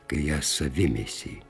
kai ją savi mesi